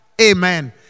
Amen